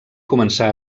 començà